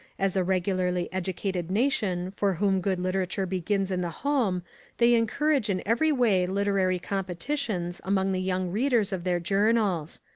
as a really educated nation for whom good literature begins in the home they encourage in every way literary competitions among the young readers of their journals.